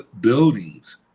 buildings